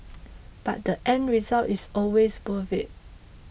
but the end result is always worth it